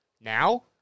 now